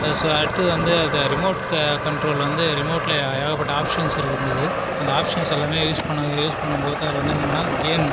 அது ஸோ அடுத்தது வந்து அது ரிமோட் கண்ட்ரோல் வந்து ரிமோட்டில் ஏகப்பட்ட ஆப்ஷன்ஸ் இருந்தது அந்த ஆப்ஷன்ஸ் எல்லாமே யூஸ் பண்ணவே யூஸ் பண்ணும் போது அதில் வந்து என்னென்னா கேம்